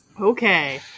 Okay